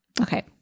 Okay